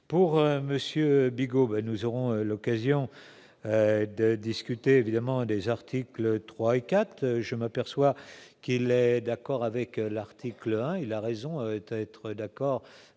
Monsieur Bigot mais nous aurons l'occasion de discuter évidemment des articles 3 et 4 je m'aperçois qu'il est d'accord avec l'article 1 il a raison est à être d'accord